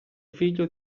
figlio